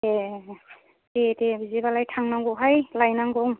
ए दे दे बिदिबालाय थांनांगौहाय लायनांगौ